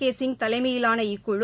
கேசிங் தலைமையிலான இக்குழு